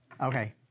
okay